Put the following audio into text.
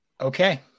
Okay